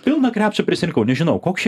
pilną krepšį prisirinkau nežinau koks čia